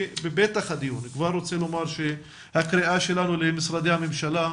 אני בפתח הדיון כבר רוצה לומר שהקריאה שלנו למשרדי הממשלה,